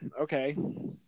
okay